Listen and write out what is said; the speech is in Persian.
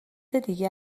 دیگه